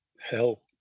hell